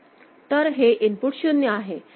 तर हे इनपुट 0 आहे